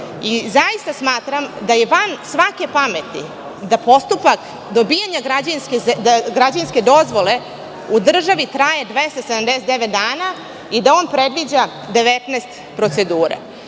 dozvola. Zaista smatram da je van svake pameti da postupak dobijanja građevinske dozvole u državi traje 279 dana i da on predviđa 19 procedura.